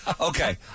Okay